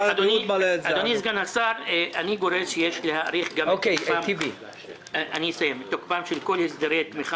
אני גורס שיש להאריך את תוקפם של כל הסדרי תמיכה